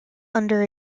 under